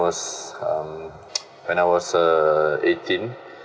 was um when I was uh eighteen